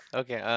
okay